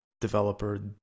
developer